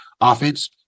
offense